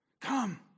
Come